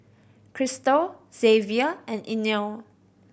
Kristal Xzavier and Inell